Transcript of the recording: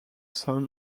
son